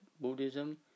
Buddhism